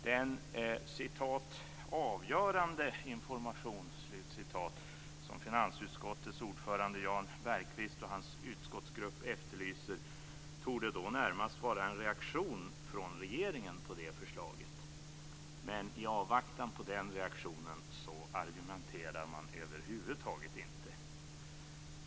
Den "avgörande information" som finansutskottets ordförande Jan Bergqvist och hans utskottsgrupp efterlyser torde då närmast vara en reaktion från regeringen på det förslaget. Men i avvaktan på den reaktionen argumenterar man över huvud taget inte.